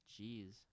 Jeez